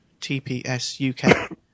TPSUK